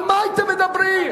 על מה הייתם מדברים?